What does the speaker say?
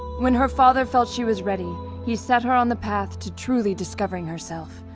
when her father felt she was ready, he set her on the path to truly discovering herself.